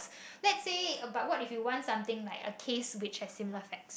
let say about what if you want something like a case which have similar facts